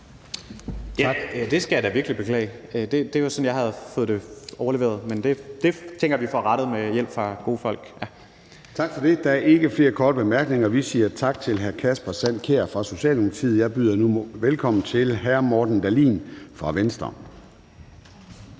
Det skal jeg da virkelig beklage. Det er sådan, jeg har fået det overleveret, men det tænker jeg vi får rettet med hjælp fra gode folk. Kl. 11:24 Formanden (Søren Gade): Tak for det. Der er ikke flere korte bemærkninger. Vi siger tak til hr. Kasper Sand Kjær fra Socialdemokratiet. Jeg byder nu velkommen til hr. Morten Dahlin fra Venstre.